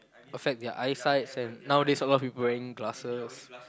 affect their eyesights and nowadays a lot of people wearing glasses